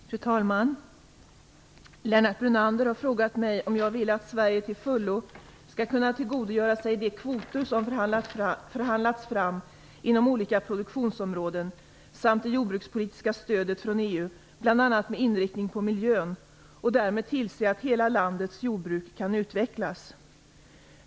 Fru talman! Lennart Brunander har frågat mig om jag vill att Sverige till fullo skall kunna tillgodogöra sig de kvoter som förhandlats fram inom olika produktionsområden samt det jordbrukspolitiska stödet från EU, bl.a. med inriktning på miljön, och därmed tillse att hela landets jordbruk kan utvecklas.